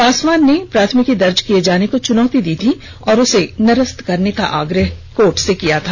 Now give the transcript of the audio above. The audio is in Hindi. पासवान ने प्राथमिकी दर्ज किए जाने को चुनौती दी थी और उसे निरस्त करने का आग्रह कोर्ट से किया था